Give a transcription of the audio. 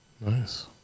Nice